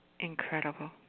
Incredible